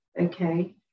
okay